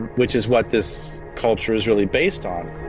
which is what this culture is really based on.